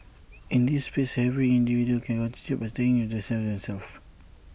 in this space every individual can contribute by staying safe themselves